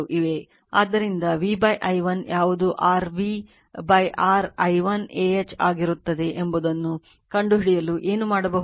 ಆದ್ದರಿಂದ v i1 ಯಾವುದು r v r i1 ah ಆಗಿರುತ್ತದೆ ಎಂಬುದನ್ನು ಕಂಡುಹಿಡಿಯಲು ಏನು ಮಾಡಬಹುದು